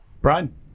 Brian